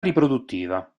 riproduttiva